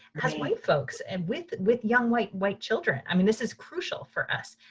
as white folks. and with with young white white children. i mean, this is crucial for us.